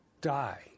die